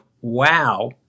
wow